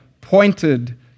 pointed